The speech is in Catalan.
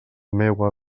meua